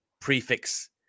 prefix